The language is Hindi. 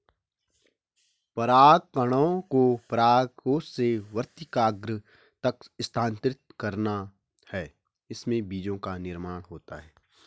परागकणों को परागकोश से वर्तिकाग्र तक स्थानांतरित करना है, इससे बीजो का निर्माण होता है